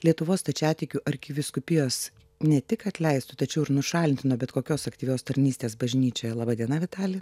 lietuvos stačiatikių arkivyskupijos ne tik atleistu tačiau ir nušalintu nuo bet kokios aktyvios tarnystės bažnyčioje laba diena vitali